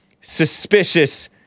suspicious